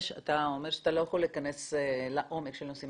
אתה אומר שאתה לא יכול להיכנס לעומק של הנושאים,